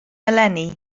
eleni